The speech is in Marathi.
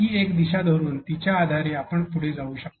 ही एक दिशा धरून तिच्या आधारे आपण पुढे जाऊ शकता